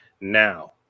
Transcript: now